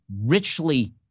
richly